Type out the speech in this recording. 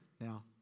Now